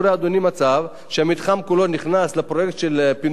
מצב שהמתחם כולו נכנס לפרויקט של פינוי-בינוי,